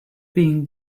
being